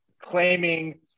claiming